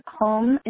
home